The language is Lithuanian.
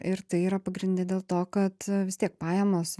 ir tai yra pagrinde dėl to kad vis tiek pajamos